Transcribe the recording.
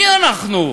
מי אנחנו?